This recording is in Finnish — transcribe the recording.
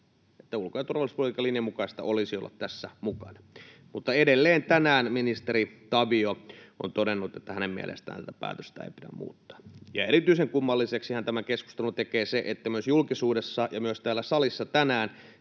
että ulko‑ ja turvallisuuspolitiikan linjan mukaista olisi olla tässä mukana, mutta edelleen tänään ministeri Tavio on todennut, että hänen mielestään tätä päätöstä ei pidä muuttaa. Erityisen kummalliseksihan tämän keskustelun tekee se, että julkisuudessa ja myös täällä salissa tänään